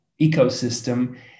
ecosystem